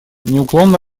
неуклонно